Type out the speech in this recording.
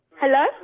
Hello